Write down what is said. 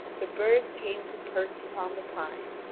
the birds came to perch upon the pine,